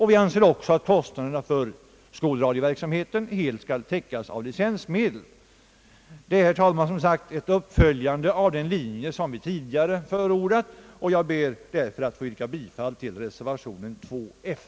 Vi menar också att kostnaderna för skolradioverksamheten helt skall täckas av licensmedel. Detta innebär som sagt, herr talman, ett uppföljande av den linje som vi tidigare förordat, och jag ber därför att få yrka bifall till reservationen f.